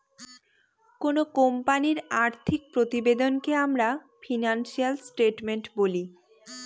কোনো কোম্পানির আর্থিক প্রতিবেদনকে আমরা ফিনান্সিয়াল স্টেটমেন্ট বলি